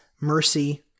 mercy